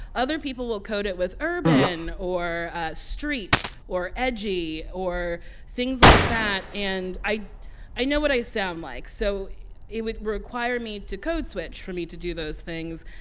other people will coat it with urban or street or edgy or things like that. and i i know what i sound like, so it would require me to code switch for me to do those things,